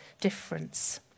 difference